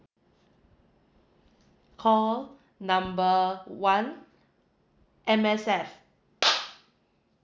call number one M_S_F